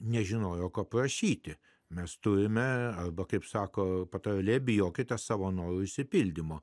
nežinojo ko prašyti mes turime arba kaip sako patarlė bijokite savo norų išsipildymo